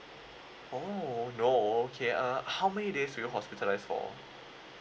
oh no okay uh how many days were you hospitalised for